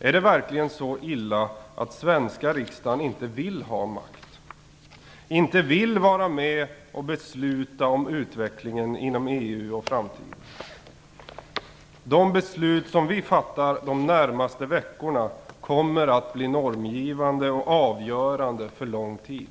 Är det verkligen så illa att svenska riksdagen inte vill ha makt, inte vill vara med och besluta om utvecklingen inom EU och framtiden? De beslut som vi fattar under de närmaste veckorna kommer att bli normgivande och avgörande för lång tid.